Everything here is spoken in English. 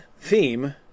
theme